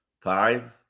Five